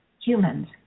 humans